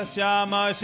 Shama